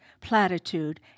platitude